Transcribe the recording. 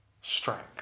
strength